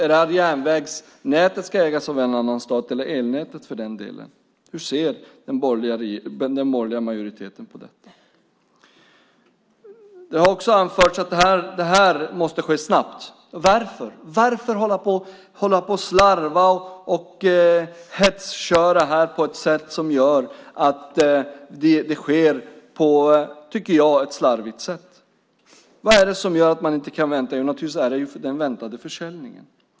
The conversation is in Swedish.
Är det att järnvägsnätet eller elnätet, för den delen, ska ägas av en annan stat? Hur ser den borgerliga majoriteten på detta? Det har också anförts att det här måste ske snabbt. Varför? Varför hålla på att slarva och hetsköra på det här sättet? Jag tycker att det sker på ett slarvigt sätt. Vad är det som gör att man inte kan vänta? Jo, det är naturligtvis den väntade försäljningen.